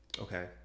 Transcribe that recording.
okay